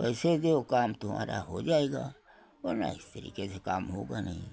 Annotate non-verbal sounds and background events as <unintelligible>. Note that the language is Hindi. पैसे <unintelligible> काम तुम्हारा हो जाएगा वरना इस तरीके से काम होगा नहीं